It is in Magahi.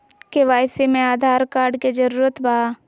के.वाई.सी में आधार कार्ड के जरूरत बा?